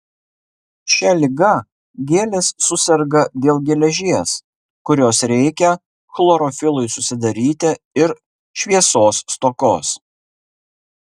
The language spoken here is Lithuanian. šia liga gėlės suserga dėl geležies kurios reikia chlorofilui susidaryti ir šviesos stokos